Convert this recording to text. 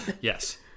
Yes